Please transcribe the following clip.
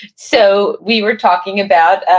so we were talking about,